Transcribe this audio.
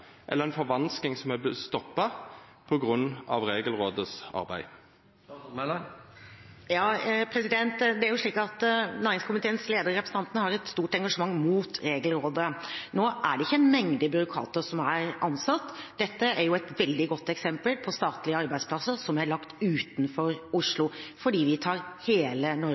jo slik at næringskomiteens leder, representanten Pollestad, har et stort engasjement mot Regelrådet. Nå er det ikke en mengde byråkrater som er ansatt. Dette er et veldig godt eksempel på statlige arbeidsplasser som er lagt utenfor Oslo, fordi vi tar hele Norge